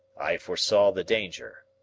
i foresaw the danger,